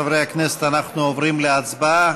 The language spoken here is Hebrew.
חברי הכנסת, אנחנו עוברים להצבעה.